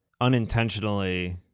unintentionally